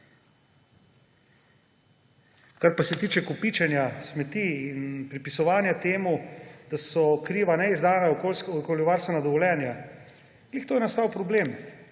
Kar pa se tiče kopičenja smeti in pripisovanja temu, da so kriva neizdana okoljevarstvena dovoljenja; ravno tu je nastal problem.